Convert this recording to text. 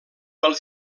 pel